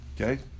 Okay